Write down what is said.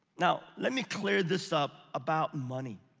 now, let me clear this up about money.